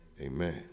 Amen